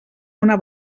una